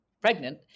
pregnant